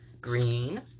Green